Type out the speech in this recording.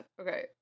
Okay